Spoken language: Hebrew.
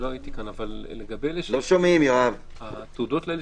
יש המון אנשים שלא ניגשים להתחסן כי יש להם חשש קל,